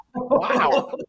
Wow